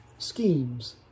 schemes